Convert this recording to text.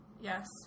Yes